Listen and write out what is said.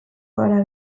gara